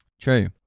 True